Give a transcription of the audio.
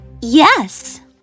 Yes